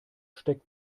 steckt